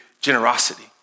Generosity